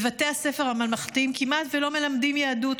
בבתי הספר הממלכתיים כמעט ולא מלמדים יהדות,